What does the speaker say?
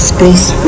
Space